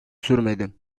sürmedi